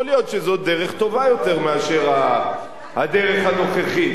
יכול להיות שזאת דרך טובה יותר מהדרך הנוכחית.